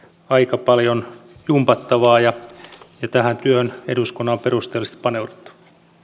aika paljon jumpattavaa ja ja tähän työhön eduskunnan on perusteellisesti paneuduttava